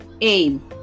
aim